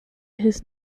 his